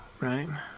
right